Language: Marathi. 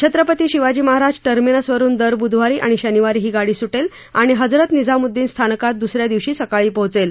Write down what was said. छत्रपती शिवाजी महाराज टर्मिनसवरुन दर ब्रुधवारी आणि शनिवारी ही गाडी सुटेल आणि हजरत निझामुद्दिन स्थानकात दुस या दिवशी सकाळी पोहोचेल